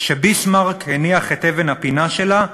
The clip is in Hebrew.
"שביסמרק הניח את אבן הפינה שלה,